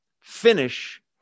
Finish